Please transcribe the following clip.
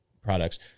products